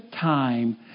time